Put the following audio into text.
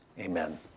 Amen